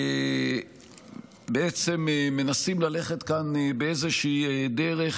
אנחנו בעצם מנסים ללכת כאן באיזושהי דרך,